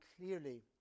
clearly